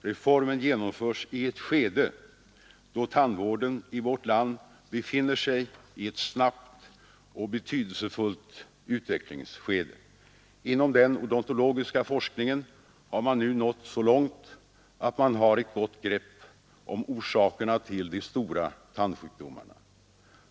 Reformen genomförs i ett skede då tandvården i vårt land befinner sig i en snabb och betydelsefull utveckling. Inom den odontologiska forskningen har man nu nått så långt att man har ett gott grepp om orsakerna till de stora tandsjukdomarna.